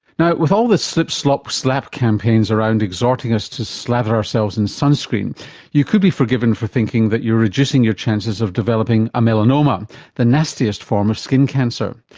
now with all the slip, slop, slap campaigns around exhorting us to slather ourselves in sunscreen you could be forgiven for thinking that you're reducing your chances of developing a melanoma the nastiest form of skin cancer.